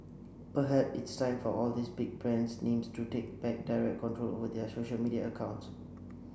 perhaps it's time for all these big brand names to take back direct control over their social media accounts